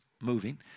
moving